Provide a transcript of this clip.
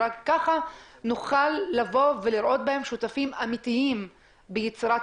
רק ככה נוכל לראות בהם שותפים אמיתיים ביצירת